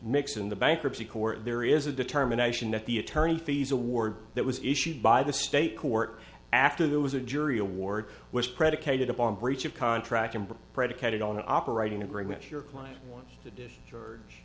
mix in the bankruptcy court there is a determination that the attorney fees award that was issued by the state court after there was a jury award was predicated upon breach of contract and predicated on an operating agreement your client wants to